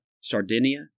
Sardinia